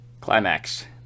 Climax